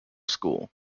school